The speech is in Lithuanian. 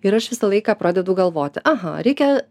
ir aš visą laiką pradedu galvoti aha reikia